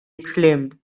exclaimed